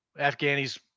Afghanis